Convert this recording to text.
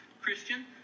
Christian